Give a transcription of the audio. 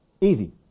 Easy